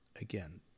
again